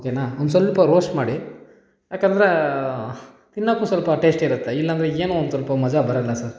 ಓಕೆನ ಒಂದು ಸ್ವಲ್ಪ ರೋಸ್ಟ್ ಮಾಡಿ ಯಾಕೆಂದ್ರೆ ತಿನ್ನೋಕ್ಕೂ ಸ್ವಲ್ಪ ಟೇಸ್ಟ್ ಇರುತ್ತೆ ಇಲ್ಲ ಅಂದ್ರೆ ಏನು ಒಂದು ಸ್ವಲ್ಪ ಮಜ ಬರೋಲ್ಲ ಸರ್